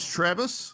Travis